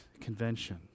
Convention